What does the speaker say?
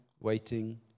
waiting